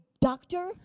doctor